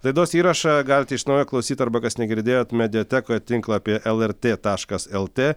laidos įrašą galite iš naujo klausyt arba kas negirdėjot mediatekoj tinklapy lrt taškas lt